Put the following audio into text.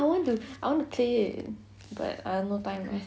I want to I want to play it but I no time